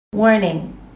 Warning